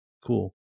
Cool